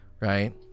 right